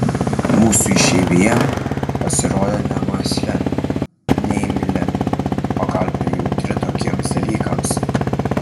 mūsų išeivija pasirodė nemąsli neimli o gal per jautri tokiems dalykams